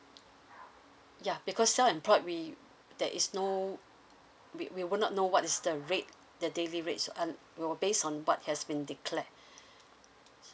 ya because self employed we there is no we we will not know what is the rate the daily rates and we'll based on what has been declared